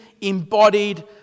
embodied